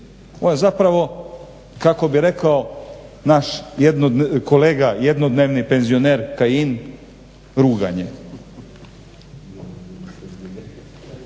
Oni zapravo kako bih rekao naš kolega jednodnevni penzioner Kajin ruganje.